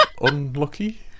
unlucky